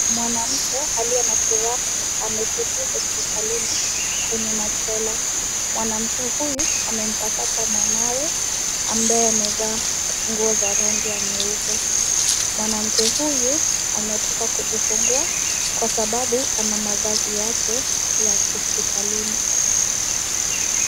Mwanamke aliye na furaha ameketi hospitalini kwenye machela. Mwanamke huyu amempakata mwanawe ambaye amevaa nguo za rangi ya nyeupe. Mwanamke huyu ametoka kujifungua kwa sabau ana mavazi yake ya hospitalini.